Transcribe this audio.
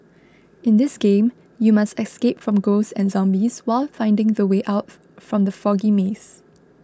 in this game you must escape from ghosts and zombies while finding the way out from the foggy maze